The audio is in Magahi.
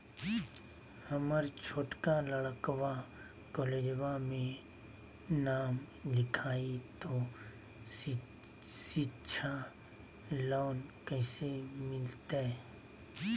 हमर छोटका लड़कवा कोलेजवा मे नाम लिखाई, तो सिच्छा लोन कैसे मिलते?